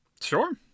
Sure